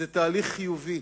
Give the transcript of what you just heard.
זה תהליך חיובי.